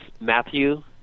Matthew